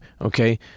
okay